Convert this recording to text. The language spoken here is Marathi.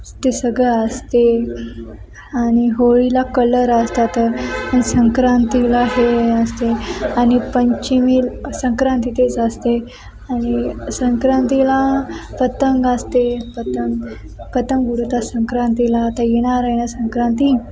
ते सगळं असते आणि होळीला कलर असतात तर आणि संक्रांतीला हे हे असते आणि पंचमी संक्रांती तेच असते आणि संक्रांतीला पतंग असते पतंग पतंग उडवतात संक्रांतीला आता येणार आहे ना संक्रांती